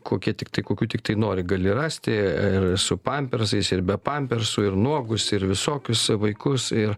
kokie tiktai kokių tiktai nori gali rasti ir su pampersais ir be pampersų ir nuogus ir visokius vaikus ir